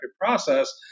process